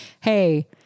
hey